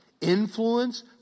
influence